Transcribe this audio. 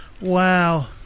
Wow